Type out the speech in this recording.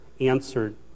answered